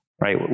right